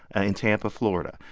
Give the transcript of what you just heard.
ah in tampa, fla. and